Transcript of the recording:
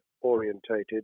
orientated